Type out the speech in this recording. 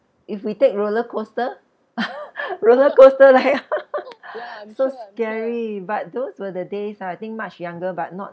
if we take roller coaster roller coaster like ah so scary but those were the days ah I think much younger but not